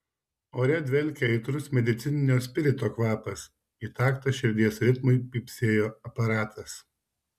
ore dvelkė aitrus medicininio spirito kvapas į taktą širdies ritmui pypsėjo aparatas